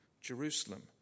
Jerusalem